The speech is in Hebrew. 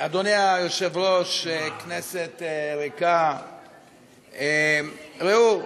אדוני היושב-ראש, כנסת ריקה, ראו,